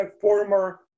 former